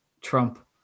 Trump